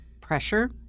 pressure